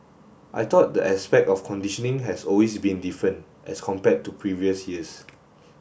I thought the aspect of conditioning has always been different as compared to previous years